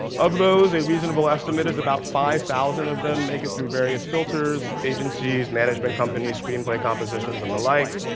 of those, a reasonable estimate is about five thousand of them make it through various filters, agencies, management companies, screenplay compositions and the like,